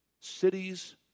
cities